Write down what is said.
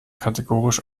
kategorisch